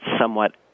somewhat